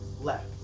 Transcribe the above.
left